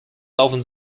laufen